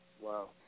Wow